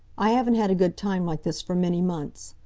i haven't had a good time like this for many months.